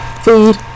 Food